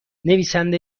نویسنده